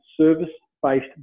service-based